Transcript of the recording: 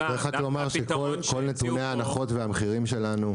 אני צריך רק לומר שכל נתוני ההנחות והמחירים שלנו,